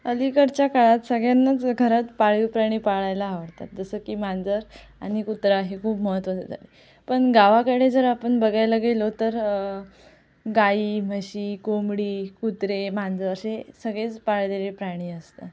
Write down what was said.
अलीकडच्या काळात सगळ्यांनाच घरात पाळीव प्राणी पाळायला आवडतात जसं की मांजर आणि कुत्रा हे खूप महत्त्वाचे पण गावाकडे जर आपण बघायला गेलो तर गाई म्हशी कोंबडी कुत्रे मांजर असे सगळेच पाळलेले प्राणी असतात